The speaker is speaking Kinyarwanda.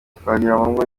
twagiramungu